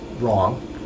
wrong